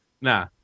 Nah